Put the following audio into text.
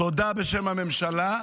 תודה בשם הממשלה,